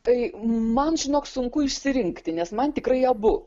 tai man žinok sunku išsirinkti nes man tikrai abu